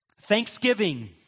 thanksgiving